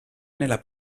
nella